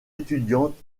étudiante